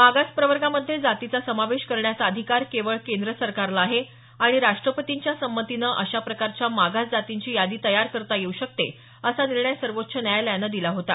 मागास प्रवर्गामध्ये जातीचा समावेश करण्याचा अधिकार केवळ केंद्र सरकारला आहे आणि राष्ट्रपतींच्या संमतीने अशा प्रकारच्या मागास जातींची यादी तयार करता येऊ शकते असा निर्णय सर्वोच्व न्यायालयानं दिला होता